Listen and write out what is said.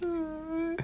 mm